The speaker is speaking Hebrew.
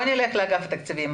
בוא נלך לאגף תקציבים.